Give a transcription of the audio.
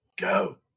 go